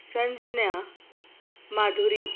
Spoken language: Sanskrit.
सञ्जना माधुरी